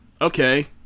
Okay